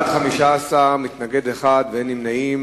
בעד, 15, מתנגד אחד, אין נמנעים.